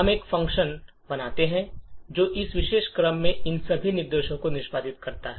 हम एक फ़ंक्शन बनाते हैं जो इस विशेष क्रम में इन सभी निर्देशों को निष्पादित करता है